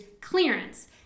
clearance